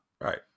Right